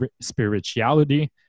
spirituality